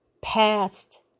past